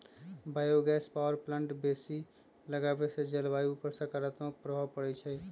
bio gas power plant बेशी लगाबेसे जलवायु पर सकारात्मक प्रभाव पड़इ छै